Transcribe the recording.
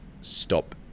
stop